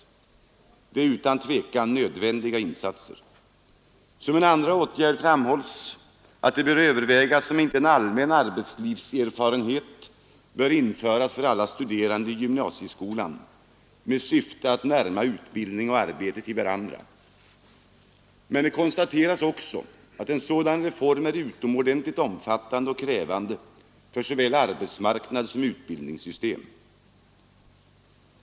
Det är utan tvivel nödvändiga insatser. Som en andra åtgärd framhålls, att det bör övervägas om inte en allmän arbetslivserfarenhet bör eftersträvas för alla studerande i gymnasieskolan med syfte att närma utbildning och arbete till varandra, men det konstateras också att en sådan reform är utomordentligt omfattande och krävande för såväl arbetmarknad som utbildningssystem.